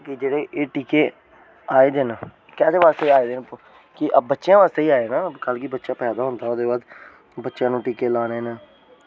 की जेह्ड़े एह् टीके आये दे न कैह्दे बास्तै आये दे न की बच्चें बास्तै गै आए दे न कि कल्ल गी बच्चा पैदा होंदा ऐ बच्चें नूं टीके लाने न